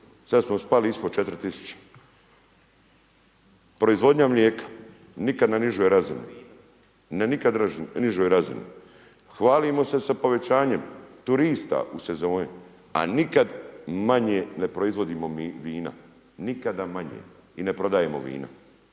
Sad smo spali ispod 4.000. Proizvodnja mlijeka nikad na nižoj razini, na nikad nižoj razini. Hvalimo se sa povećanjem turista u sezoni, a nikad manje ne proizvodimo vino, nikada manje i ne prodajemo vina,